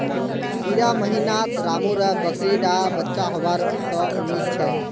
इड़ा महीनात रामु र बकरी डा बच्चा होबा त उम्मीद छे